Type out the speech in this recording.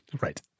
Right